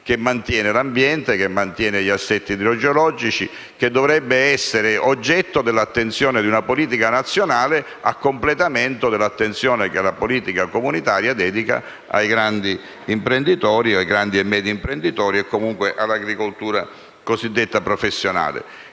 che mantiene l'ambiente e gli assetti idrogeologici e dovrebbe essere oggetto dell'attenzione di una politica nazionale a completamento dell'attenzione che la politica comunitaria dedica ai grandi e medi imprenditori e, comunque, all'agricoltura cosiddetta professionale.